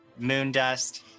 Moondust